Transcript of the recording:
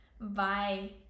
Bye